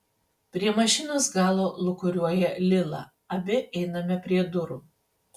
prie mašinos galo lūkuriuoja lila abi einame prie durų